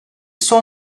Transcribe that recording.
son